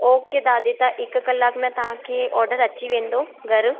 okay दादी त हिकु कलाक में तव्हांखे ऑडर अची वेंदो घर